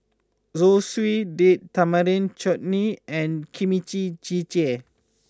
Zosui Date Tamarind Chutney and Kimchi Jjigae